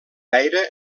aire